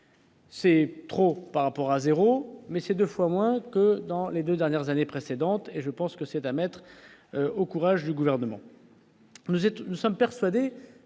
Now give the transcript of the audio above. C'est trop par rapport à 0 mais c'est 2 fois moins que dans les 2 dernières années précédentes et je pense que c'est un maître au courage du gouvernement.